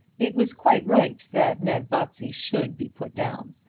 it was quite right that ned botsey should be put down.